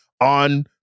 on